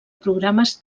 programes